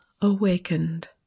awakened